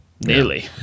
nearly